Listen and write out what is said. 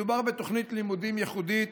מדובר בתוכנית לימודים ייחודית